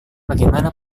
bagaimana